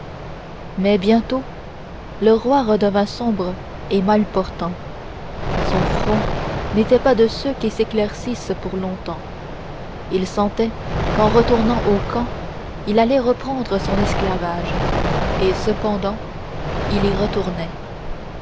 mais bientôt le roi redevint sombre et mal portant son front n'était pas de ceux qui s'éclaircissent pour longtemps il sentait qu'en retournant au camp il allait reprendre son esclavage et cependant il y retournait